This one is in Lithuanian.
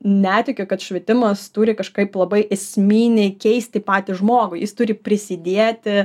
netikiu kad švietimas turi kažkaip labai esminiai keisti patį žmogų jis turi prisidėti